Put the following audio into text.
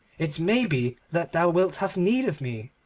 it may be that thou wilt have need of me